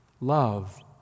Love